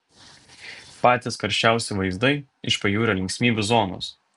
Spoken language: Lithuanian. patys karščiausi vaizdai iš pajūrio linksmybių zonos